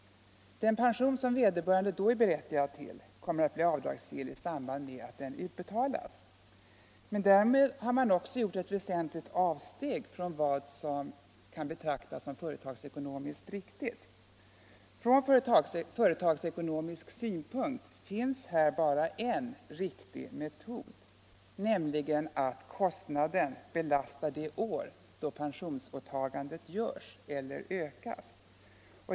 Den pension som vederbörande är berättigad till kommer då att bli avdragsgill i samband med att den utbetalas. Men därmed har man också gjort ett väsentligt avsteg från vad som kan betraktas som företagsekonomiskt riktigt. Från företagsekonomisk synpunkt finns här bara en riktig metod, nämligen att kostnaden belastar det år då pensionsåtagandet görs eller ökas.